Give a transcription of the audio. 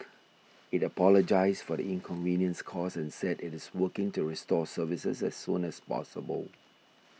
it apologised for the inconvenience caused and said it is working to restore services as soon as possible